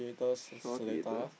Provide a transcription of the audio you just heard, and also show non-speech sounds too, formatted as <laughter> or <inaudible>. <noise> Shaw theatre